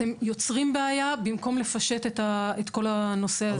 אתם יוצרים בעיה במקום לפשט את כל הנושא הזה.